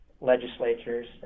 legislatures